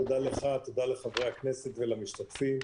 תודה לך, תודה לחברי הכנסת ולמשתתפים.